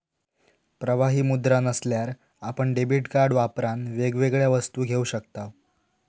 प्रवाही मुद्रा नसल्यार आपण डेबीट कार्ड वापरान वेगवेगळ्या वस्तू घेऊ शकताव